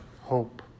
hope